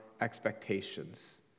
expectations